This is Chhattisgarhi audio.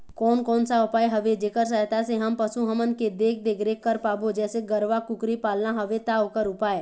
कोन कौन सा उपाय हवे जेकर सहायता से हम पशु हमन के देख देख रेख कर पाबो जैसे गरवा कुकरी पालना हवे ता ओकर उपाय?